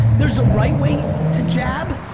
there's a right way to jab.